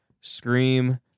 Scream